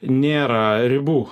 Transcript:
nėra ribų